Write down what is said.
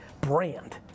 brand